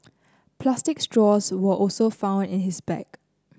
plastic straws were also found in his bag